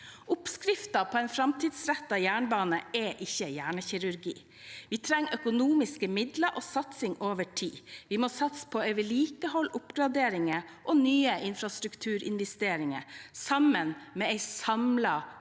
Oppskriften på en framtidsrettet jernbane er ikke hjernekirurgi. Vi trenger økonomiske midler og satsing over tid. Vi må satse på vedlikehold, oppgraderinger og nye infrastrukturinvesteringer sammen med en samlet,